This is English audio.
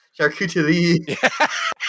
Charcuterie